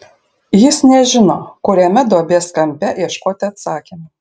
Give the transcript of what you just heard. jis nežino kuriame duobės kampe ieškoti atsakymų